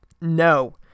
No